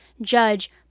Judge